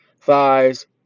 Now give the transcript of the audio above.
thighs